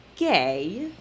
gay